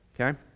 Okay